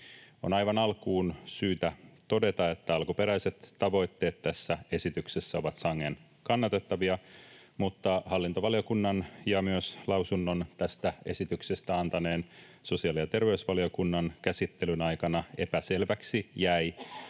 On aivan alkuun syytä todeta, että alkuperäiset tavoitteet tässä esityksessä ovat sangen kannatettavia, mutta hallintovaliokunnan ja myös lausunnon tästä esityksestä antaneen sosiaali- ja terveysvaliokunnan käsittelyn aikana epäselväksi jäi,